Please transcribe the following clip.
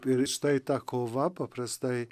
ir štai ta kova paprastai